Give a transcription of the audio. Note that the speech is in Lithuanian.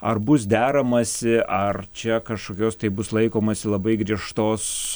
ar bus deramasi ar čia kažkokios tai bus laikomasi labai griežtos